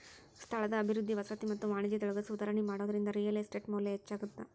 ಸ್ಥಳದ ಅಭಿವೃದ್ಧಿ ವಸತಿ ಮತ್ತ ವಾಣಿಜ್ಯದೊಳಗ ಸುಧಾರಣಿ ಮಾಡೋದ್ರಿಂದ ರಿಯಲ್ ಎಸ್ಟೇಟ್ ಮೌಲ್ಯ ಹೆಚ್ಚಾಗತ್ತ